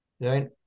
Right